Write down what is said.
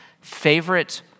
favorite